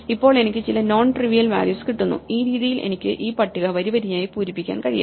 ഇപ്പോൾ എനിക്ക് ചില നോൺ ട്രിവിയൽ വാല്യൂസ് കിട്ടുന്നു ഈ രീതിയിൽ എനിക്ക് ഈ പട്ടിക വരി വരിയായി പൂരിപ്പിക്കാൻ കഴിയും